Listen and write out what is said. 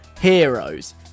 heroes